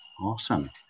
Awesome